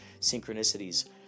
synchronicities